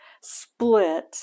split